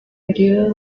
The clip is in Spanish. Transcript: período